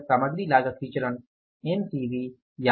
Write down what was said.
यह सामग्री लागत विचरण MCV है